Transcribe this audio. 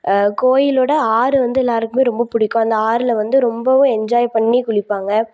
கோயிலோடய ஆறு வந்து எல்லாேருக்குமே ரொம்ப பிடிக்கும் அந்த ஆறில் வந்து ரொம்பவும் என்ஜாய் பண்ணி குளிப்பாங்க